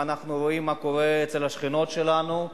ואנחנו רואים מה קורה אצל השכנות שלנו,